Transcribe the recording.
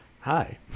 Hi